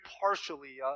partially